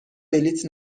بلیط